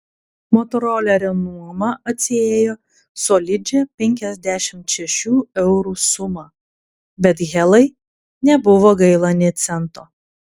motorolerio nuoma atsiėjo solidžią penkiasdešimt šešių eurų sumą bet helai nebuvo gaila nė cento